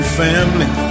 family